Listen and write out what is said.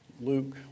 Luke